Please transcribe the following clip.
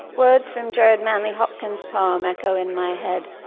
words from gerard manley hopkins's poem echo in my head